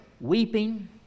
weeping